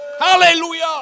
Hallelujah